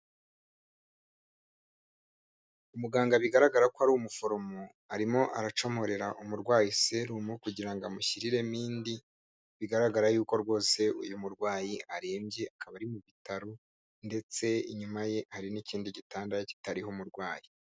Umuganga bigaragara ko ari umuforomo arimo aracomorera umurwayi serumu kugira ngo amushyiriremo indi, bigaragara yuko rwose uyu murwayi arembye, akaba ari mu bitaro ndetse inyuma ye hari n'ikindi gitanda kitariho umurwayi.